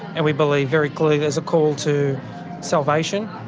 and we believe very clearly there's a call to salvation,